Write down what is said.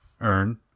Earn